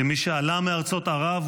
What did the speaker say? כמי שעלה מארצות ערב,